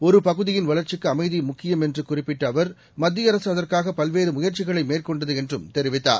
ஒருபகுதியின்வளர்ச்சிக்குஅமைதிமுக்கியம்என்றுகுறிப் பிட்டஅவர் மோடிஅரசுஅதற்காகபல்வேறுமுயற்சிகளைமேற்கொ ண்டதுஎன்றுதெரிவித்தார்